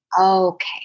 okay